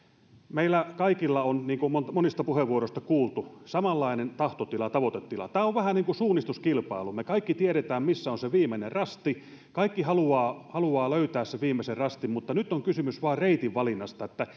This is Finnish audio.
meillä kaikilla on niin kuin monista puheenvuoroista on kuultu samanlainen tahtotila tavoitetila tämä on vähän niin kuin suunnistuskilpailu me kaikki tiedämme missä on se viimeinen rasti kaikki haluavat löytää sen viimeisen rastin mutta nyt on kysymys vain reitin valinnasta